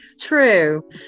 true